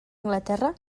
anglaterra